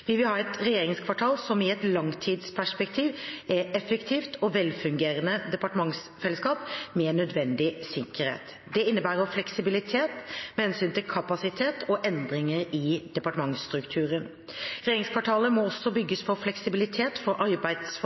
Vi vil ha et regjeringskvartal som i et langtidsperspektiv er et effektivt og velfungerende departementsfellesskap med nødvendig sikkerhet. Dette innebærer fleksibilitet med hensyn til kapasitet og endringer i departementsstrukturen. Regjeringskvartalet må også bygges for fleksibilitet for